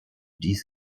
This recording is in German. dies